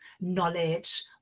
knowledge